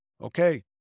Okay